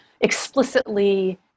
explicitly